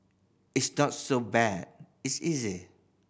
it's not so bad it's easy